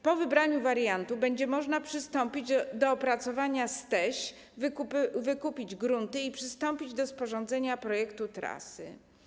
Po wybraniu wariantu będzie można przystąpić do opracowania STEŚ, wykupić grunty i przystąpić do sporządzenia projektu trasy.